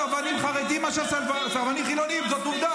מה קורה עם חילונים שלא מתגייסים?